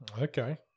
Okay